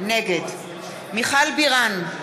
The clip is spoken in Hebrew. נגד מיכל בירן,